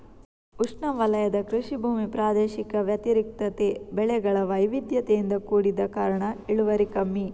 ಉಷ್ಣವಲಯದ ಕೃಷಿ ಭೂಮಿ ಪ್ರಾದೇಶಿಕ ವ್ಯತಿರಿಕ್ತತೆ, ಬೆಳೆಗಳ ವೈವಿಧ್ಯತೆಯಿಂದ ಕೂಡಿದ ಕಾರಣ ಇಳುವರಿ ಕಮ್ಮಿ